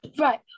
Right